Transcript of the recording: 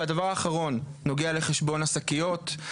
והדבר האחרון, נוגע לחשבון השקיות.